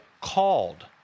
called